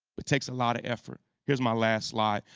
it takes a lot of effort. here's my last slide.